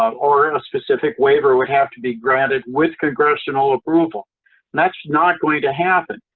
or and a specific waiver would have to be granted with congressional approval, and that's not going to happen.